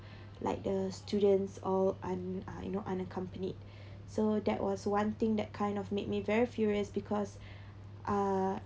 like the students or I'm uh you know unaccompanied so that was one thing that kind of made me very furious because uh